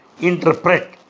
interpret